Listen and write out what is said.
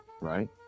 Right